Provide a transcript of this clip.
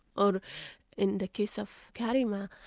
or in the case of karima,